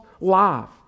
life